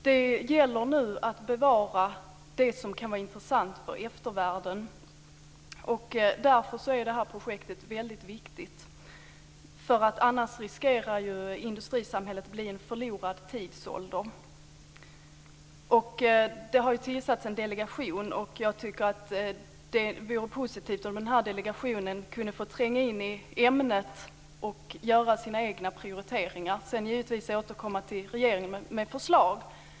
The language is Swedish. Det gäller nu att bevara det som kan vara intressant för eftervärlden. Därför är detta projekt väldigt viktigt. Annars riskerar industrisamhället att bli en förlorad tidsålder. Det har tillsatts en delegation, och jag tycker att det vore positivt om den kunde tränga in i ämnet och göra sina egna prioriteringar. Sedan får den naturligtvis återkomma till regeringen med förslag.